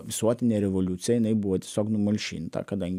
visuotinė revoliucija jinai buvo tiesiog numalšinta kadangi